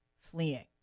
fleeing